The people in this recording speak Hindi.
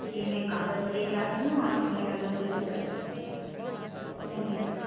जी मैं कागज़ ले कर आती हूँ आप मेरा लोन जल्दी करवा दीजिए मैम धन्यवाद